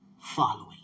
following